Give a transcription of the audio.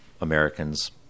Americans